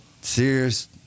serious